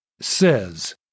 says